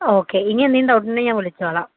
okay ഇനിയെന്തെങ്കിലും doubt ഉണ്ടെങ്കിൽ ഞാൻ വിളിച്ചോളാം